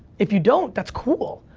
if you don't, that's cool.